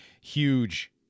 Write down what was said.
huge